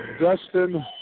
Dustin